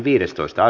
asia